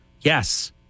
Yes